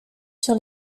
sur